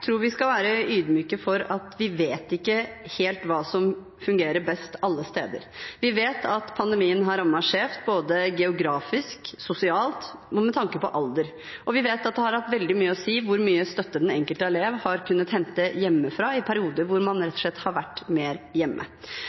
tror vi skal være ydmyke for at vi vet ikke helt hva som fungerer best alle steder. Vi vet at pandemien har rammet skjevt både geografisk, sosialt og med tanke på alder, og vi vet at det har hatt veldig mye å si hvor mye støtte den enkelte elev har kunnet hente hjemmefra i perioder hvor man rett og slett har vært mer hjemme.